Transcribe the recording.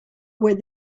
where